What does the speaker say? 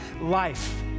life